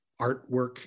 artwork